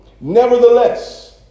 Nevertheless